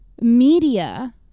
media